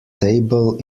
table